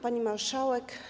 Pani Marszałek!